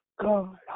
God